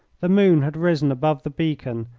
the moon had risen above the beacon,